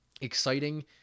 exciting